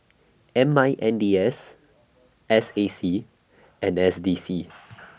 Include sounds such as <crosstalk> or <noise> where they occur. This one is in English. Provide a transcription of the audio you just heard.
M I N D S S A C and S D C <noise>